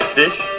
fish